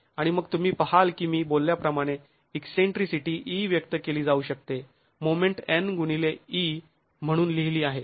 आणि मग तुम्ही पहाल की मी बोलल्याप्रमाणे ईकसेंट्रीसिटी e व्यक्त केली जाऊ शकते मोमेंट N गुणिले e म्हणून लिहिली आहे